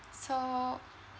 so